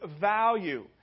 value